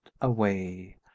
away